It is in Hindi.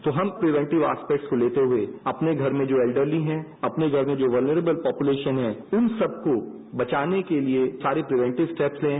तो हम परिवेंटी एस्पेक्टस को लेते हुए अपने घर में जो एलडरी हैं अपने घर में वनरेबल पोपुलेशन है उन सबको बचाने के लिए सारे प्रिवेनटिव स्टेप्स लें